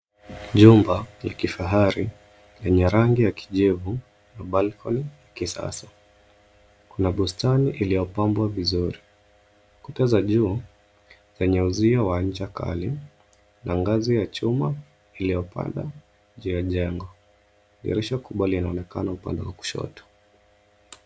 Jumba la kifahari lenye rangi ya kijivu na balcony ya kisasa. Kuna bustani iliyopambwa vizuri. Kuta za juu zenye uzio wa ncha kali na ngazi ya chuma iliyopanda juu ya jengo. Dirisha kubwa linaonekana upande wa kushoto.